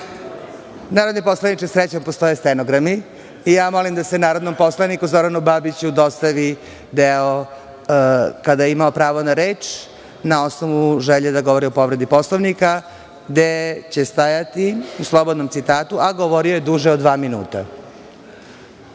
Narodni poslaniče, srećom postoje stenogrami. Molim da se narodnom poslaniku Zoranu Babiću dostavi deo kada je imao pravo na reč, na osnovu želje da govori o povredi Poslovnika, gde će stajati, u slobodnom citatu – a govorio je duže od dva minuta.(Zoran